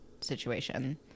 situation